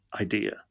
idea